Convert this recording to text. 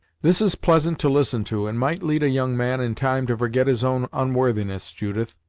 this is pleasant to listen to, and might lead a young man in time to forget his own onworthiness, judith!